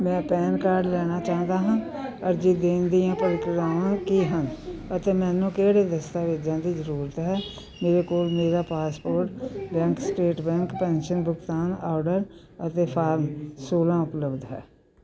ਮੈਂ PAN card ਲੈਣਾ ਚਾਹੁੰਦਾ ਹਾਂ ਅਰਜ਼ੀ ਦੇਣ ਦੀਆਂ ਪ੍ਰਕਿਰਿਆਵਾਂ ਕੀ ਹਨ ਅਤੇ ਮੈਨੂੰ ਕਿਹੜੇ ਦਸਤਾਵੇਜ਼ਾਂ ਦੀ ਜ਼ਰੂਰਤ ਹੈ ਮੇਰੇ ਕੋਲ ਮੇਰਾ ਪਾਸਪੋਰਟ ਬੈਂਕ ਸਟੇਟਮੈਂਟ ਪੈਨਸ਼ਨ ਭੁਗਤਾਨ ਆਰਡਰ ਅਤੇ ਫਾਰਮ ਸੋਲ੍ਹਾਂ ਉਪਲੱਬਧ ਹੈ